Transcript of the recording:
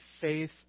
faith